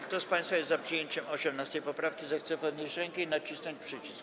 Kto z państwa jest za przyjęciem 18. poprawki, zechce podnieść rękę i nacisnąć przycisk.